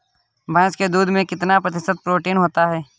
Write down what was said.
भैंस के दूध में कितना प्रतिशत प्रोटीन होता है?